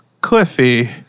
Cliffy